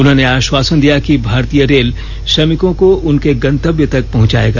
उन्होंने आश्वासन दिया कि भारतीय रेल श्रमिकों को उनके गंतव्य तक पहुंचाएगा